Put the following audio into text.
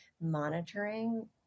monitoring